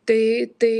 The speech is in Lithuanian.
tai tai